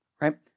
right